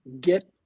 get